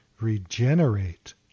Regenerate